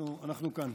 אנחנו כאן.